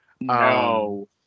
No